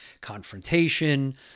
confrontation